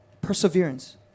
Perseverance